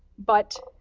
but,